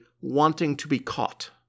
wanting-to-be-caught